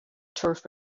turf